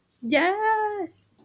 Yes